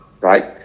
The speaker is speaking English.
right